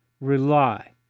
rely